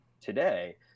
today